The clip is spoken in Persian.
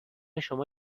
شما